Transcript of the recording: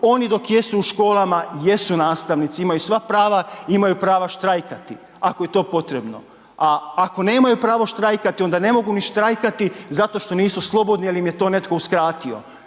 Oni dok jesu u školama, jesu nastavnici, imaju sva prava i imaju prava štrajkati. Ako je to potrebno, a ako nemaju prava štrajkati, onda ne mogu ni štrajkati zato što nisu slobodni jer im je to netko uskratio.